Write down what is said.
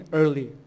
early